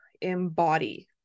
embody